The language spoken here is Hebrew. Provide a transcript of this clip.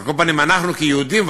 כל פנים אנחנו כיהודים,